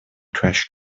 trash